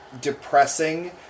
depressing